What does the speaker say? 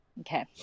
Okay